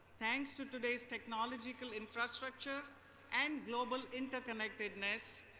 thanks to today's technological infrastructure and global interconnectedness,